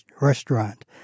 restaurant